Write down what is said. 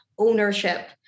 Ownership